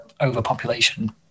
overpopulation